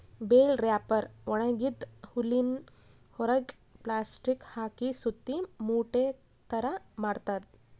bell wrapper ಒಣಗಿದ್ದ್ ಹುಲ್ಲಿನ್ ಹೊರೆಗ್ ಪ್ಲಾಸ್ಟಿಕ್ ಹಾಕಿ ಸುತ್ತಿ ಮೂಟೆ ಥರಾ ಮಾಡ್ತದ್